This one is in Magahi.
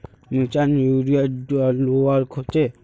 मिर्चान यूरिया डलुआ होचे?